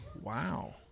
Wow